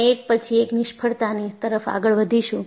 આપણે એક પછી એક નિષ્ફળતાની તરફ આગળ વધીશું